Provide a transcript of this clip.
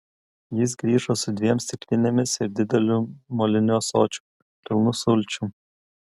jis grįžo su dviem stiklinėmis ir dideliu moliniu ąsočiu pilnu sulčių